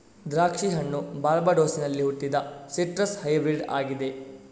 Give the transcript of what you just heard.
ದ್ರಾಕ್ಷಿ ಹಣ್ಣು ಬಾರ್ಬಡೋಸಿನಲ್ಲಿ ಹುಟ್ಟಿದ ಸಿಟ್ರಸ್ ಹೈಬ್ರಿಡ್ ಆಗಿದೆ